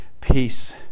Peace